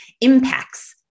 impacts